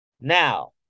Now